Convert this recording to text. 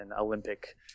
Olympic